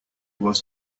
was